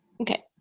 Okay